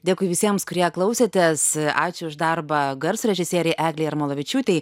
dėkui visiems kurie klausėtės ačiū už darbą garso režisierei eglei jarmolavičiūtei